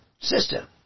system